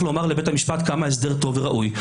לומר לבית המשפט כמה ההסדר טוב וראוי,